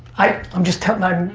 i'm i'm just telling